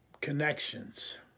connections